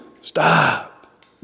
stop